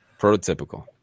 Prototypical